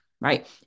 right